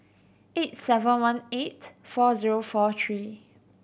eight seven one eight four zero four three